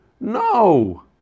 No